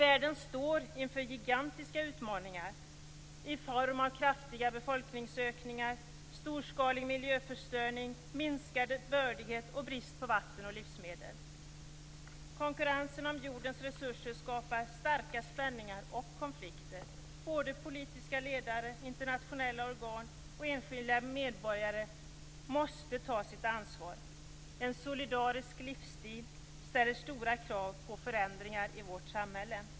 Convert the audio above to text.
Världen står inför gigantiska utmaningar i form av kraftiga befolkningsökningar, storskalig miljöförstöring, minskad bördighet och brist på vatten och livsmedel. Konkurrensen om jordens resurser skapar starka spänningar och konflikter. Politiska ledare, internationella organ och enskilda medborgare måste ta sitt ansvar. En solidarisk livsstil ställer stora krav på förändringar i vårt samhälle.